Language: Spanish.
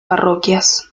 parroquias